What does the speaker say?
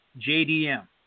JDM